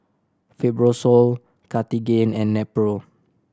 Fibrosol Cartigain and Nepro